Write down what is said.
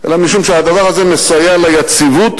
אלא משום שהדבר הזה מסייע ליציבות